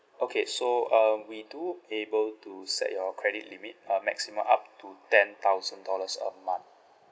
okay so um we do able to set your credit limit uh maximum up to ten thousand dollars a month